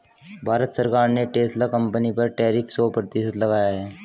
भारत सरकार ने Tesla company पर टैरिफ सो प्रतिशत लगाया